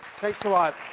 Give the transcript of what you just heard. thanks a lot.